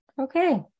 Okay